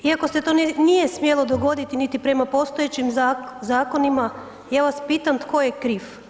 Iako se to nije smjelo dogoditi niti prema postojećim zakonima, ja vas pitam tko je kriv?